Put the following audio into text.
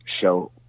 show